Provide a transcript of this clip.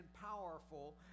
powerful